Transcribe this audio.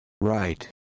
right